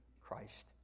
Christ